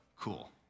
cool